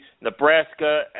Nebraska